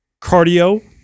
cardio